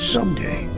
Someday